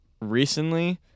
recently